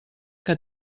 que